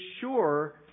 sure